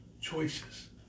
Choices